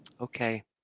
okay